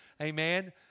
Amen